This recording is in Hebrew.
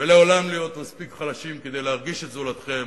ולעולם להיות מספיק חלשים כדי להרגיש את זולתכם